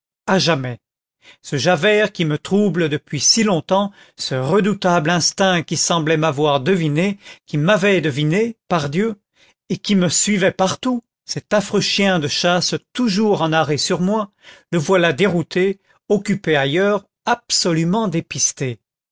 à jamais ce javert qui me trouble depuis si longtemps ce redoutable instinct qui semblait m'avoir deviné qui m'avait deviné pardieu et qui me suivait partout cet affreux chien de chasse toujours en arrêt sur moi le voilà dérouté occupé ailleurs absolument dépisté